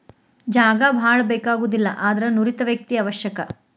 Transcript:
ಜಾಗಾ ಬಾಳ ಬೇಕಾಗುದಿಲ್ಲಾ ಆದರ ನುರಿತ ವ್ಯಕ್ತಿ ಅವಶ್ಯಕ